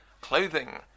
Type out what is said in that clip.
clothing